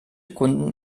kunden